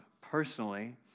personally